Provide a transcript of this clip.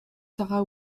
sara